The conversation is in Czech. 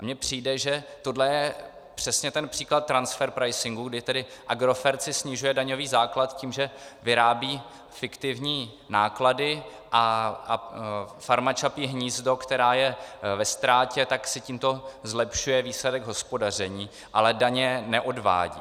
Mně přijde, že tohle je přesně příklad transfer pricingu, kdy Agrofert si snižuje daňový základ tím, že vyrábí fiktivní náklady, a farma Čapí hnízdo, která je ve ztrátě, si tímto zlepšuje výsledek hospodaření, ale daně neodvádí.